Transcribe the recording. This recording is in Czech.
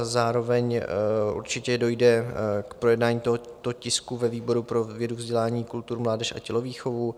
Zároveň určitě dojde k projednání tohoto tisku ve výboru pro vědu, vzdělání, kulturu, mládež a tělovýchovu.